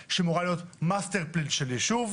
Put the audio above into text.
מתאר, שאמורה להיות מאסטר של ישוב.